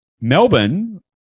Melbourne